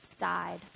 died